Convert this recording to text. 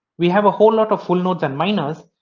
we have a whole lot of full nodes and miners,